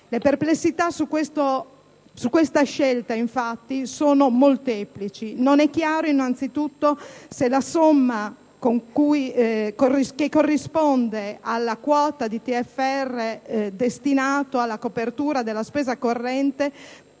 Le perplessità su questa scelta, infatti, sono molteplici. Non è chiaro, innanzitutto, se la quota di TFR destinata alla copertura della spesa corrente